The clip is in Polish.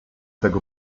tego